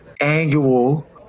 annual